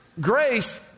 Grace